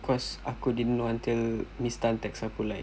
cause aku didn't know until miss tan text aku like